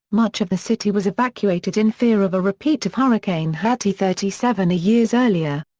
much of the city was evacuated in fear of a repeat of hurricane hattie thirty seven years earlier.